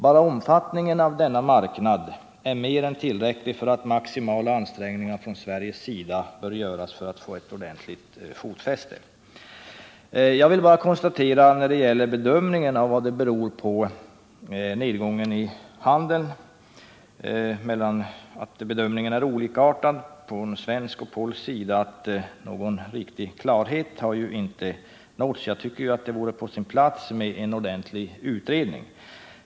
Bara omfattningen av denna marknad är mer än tillräcklig för att motivera maximala svenska ansträngningar i syfte att vårt land skall få tillräckligt fotfäste där. Jag vill bara när det gäller skillnaderna i bedömningen på polskt och svenskt håll av orsakerna till nedgången i handeln säga att någon riktig klarhet inte har nåtts. Jag tycker att det vore på sin plats med en ordentlig utredning.